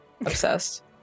Obsessed